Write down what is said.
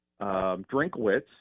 Drinkwitz